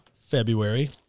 February